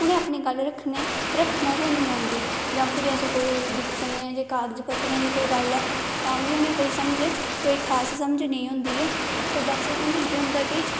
उंहे अपनी गल्ल रक्खनै गै नेई ओंदी जां फिर अस कोई दिक्खी सकने आं कागज पत्तरै दी कोई गल्ल ऐ तां बी उनें कोई समझ कोई खास समज नेईं होंदी ऐ ते बस उनेंगी केह् होंदा कि